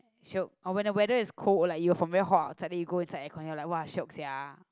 shiok or when the weather is cold or like you from very hot outside then you go inside aircon then you like [wah] shiok sia